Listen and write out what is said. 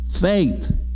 faith